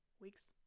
weeks